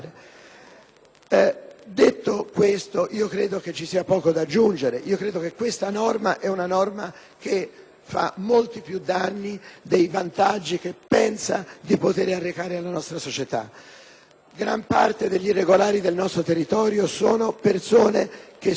fa molti più danni dei vantaggi che pensa di poter arrecare alla nostra società. Gran parte degli irregolari presenti nel nostro territorio sono persone in regola con la propria coscienza, nei rapporti sociali e nelle loro famiglie,